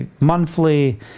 monthly